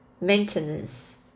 maintenance